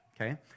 okay